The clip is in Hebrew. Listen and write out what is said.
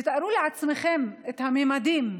תארו לעצמכם את הממדים: